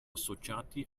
associati